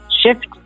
shift